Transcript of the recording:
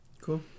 Cool